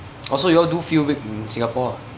oh so you all do field work in Singapore ah